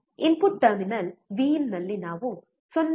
input terminal ವಿಇನ್ನಲ್ಲಿ ನಾವು 0